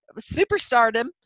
superstardom